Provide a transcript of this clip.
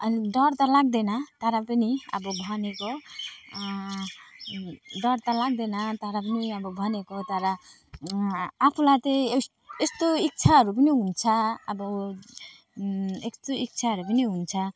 अहिले डर त लाग्दैन तर पनि अब भनेको डर त लाग्दैन तर पनि अब भनेको तर आफूलाई चाहिँ यस यस्तो इच्छाहरू पनि हुन्छ अब यस्तो इच्छाहरू पनि हुन्छ